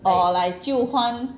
orh like 旧欢